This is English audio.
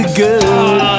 good